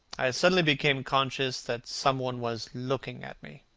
i suddenly became conscious that some one was looking at me.